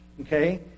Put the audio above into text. okay